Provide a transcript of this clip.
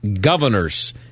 governors